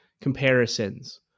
comparisons